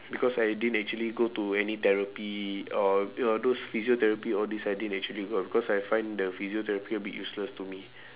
because I didn't actually go to any therapy or or those physiotherapy all these I didn't actually go cause I find the physiotherapy a bit useless to me